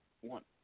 one